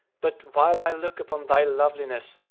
but, while i look upon thy loveliness,